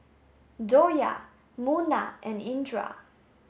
Joyah Munah and Indra